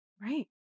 Right